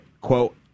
quote